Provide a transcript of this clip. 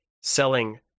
selling